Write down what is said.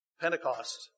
Pentecost